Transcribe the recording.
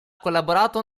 collaborato